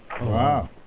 wow